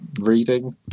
reading